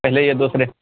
پہلے یا دوسرے